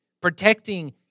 protecting